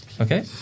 Okay